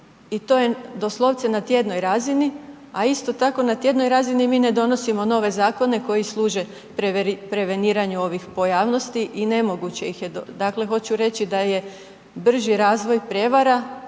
I to je doslovce na tjednoj razini, a isto tako na tjednoj razini mi ne donosimo nove zakone koji služe preveniranju ovih pojavnosti i nemoguće ih je, dakle hoću reći da je brži razvoj prijevara